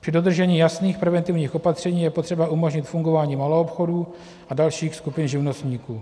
Při dodržení jasných preventivních opatření je potřeba umožnit fungování maloobchodů a dalších skupin živnostníků.